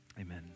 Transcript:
amen